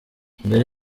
mbere